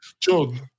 John